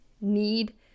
need